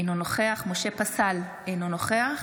אינו נוכח משה פסל, אינו נוכח